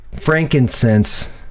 frankincense